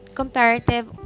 comparative